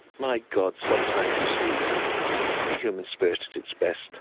my god, sometimes you see the human spirit at its best